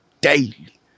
daily